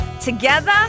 together